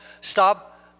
stop